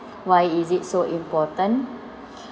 why is it so important